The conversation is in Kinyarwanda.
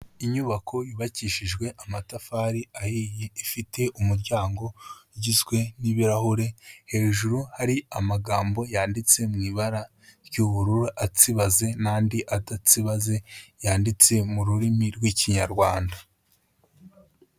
Inyubako yubakishijwe amatafari ahiye, ifite umuryango ugizwe n'ibirahure, hejuru hari amagambo yanditse mw' ibara ry'ubururu, atsibaze n'andi adatsibaze yanditse mu rurimi rw'ikinyarwanda.